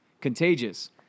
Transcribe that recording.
contagious